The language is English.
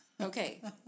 Okay